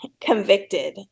convicted